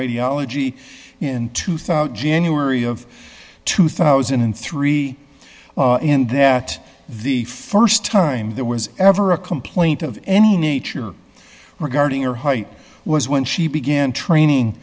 radiology in two thousand january of two thousand and three and that the st time there was ever a complaint of any nature regarding your height was when she began training